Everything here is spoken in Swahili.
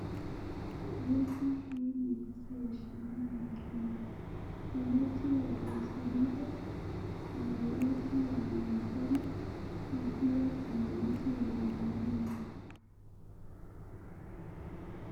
Noti hii ni pesa ya shilingi ya Kenya, ni noti ya elfu moja, kuna ni noti ya mia tano, na pia kuna noti ya mia mbili.